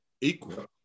Equal